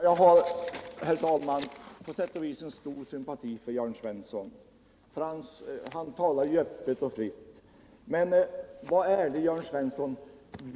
Herr talman! Jag känner på sätt och vis stor sympati för Jörn Svensson — han talar öppet och fritt. Men var ärlig, Jörn Svensson!